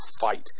fight